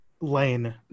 lane